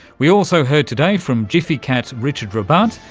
we also heard today from gfycat's richard rabbat,